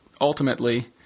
ultimately